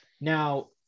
now